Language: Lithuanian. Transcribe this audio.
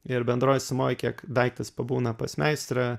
ir bendroj sumoj kiek daiktas pabūna pas meistrą